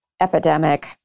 epidemic